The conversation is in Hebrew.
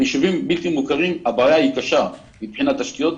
ביישובים בלתי מוכרים הבעיה היא קשה מבחינת תשתיות.